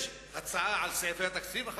יש הצעה על סעיפי התקציב,